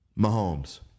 Mahomes